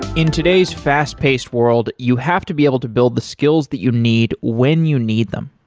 in today's fast-paced world, you have to be able to build the skills that you need when you need them.